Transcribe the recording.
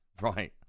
right